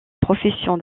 profession